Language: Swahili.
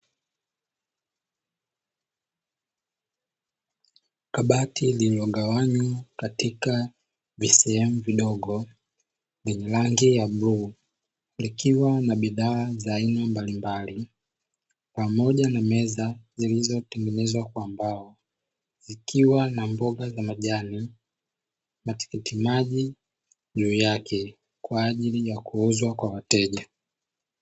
Kabati lililogawanywa katika visehemu vidogo lenye rangi ya bluu, likiwa na bidhaa za aina mbalimbali pamoja na meza zilizotengenezwa kwa mbao zikiwa na mboga za majani, matikiti maji juu yake; kwa ajili ya kuuzwa kwa wateja.